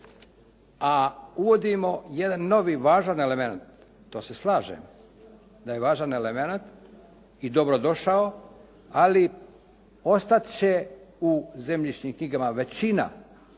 a uvodimo jedan novi važan elemenat. To se slažem da je važan elemenat i dobrodošao, ali ostati će u zemljišnim knjigama većina